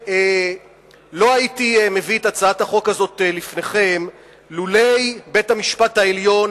לא הייתי מביא את הצעת החוק הזאת לפניכם לולא בית-המשפט העליון,